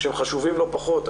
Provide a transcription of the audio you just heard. שהם חשובים לא פחות.